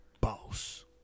Boss